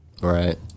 Right